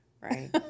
Right